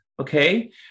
okay